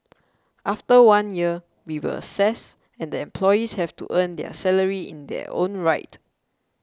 after one year we will assess and the employees have to earn their salary in their own right